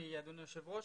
אדוני היושב ראש,